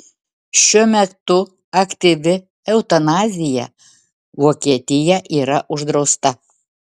šiuo metu aktyvi eutanazija vokietija yra uždrausta